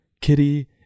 Kitty